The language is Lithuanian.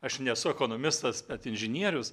aš nesu ekonomistas inžinierius